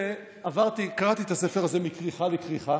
קראתי את הספר הזה מכריכה לכריכה